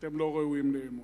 אתם לא ראויים לאמון.